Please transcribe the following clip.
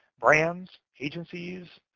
brands, agencies,